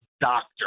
doctor